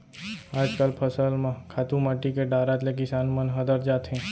आजकल फसल म खातू माटी के डारत ले किसान मन हदर जाथें